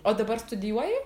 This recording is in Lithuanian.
o dabar studijuoji